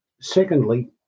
Secondly